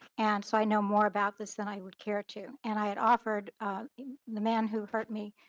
and so i know more about this than i would care to and i had offered man who hurt me,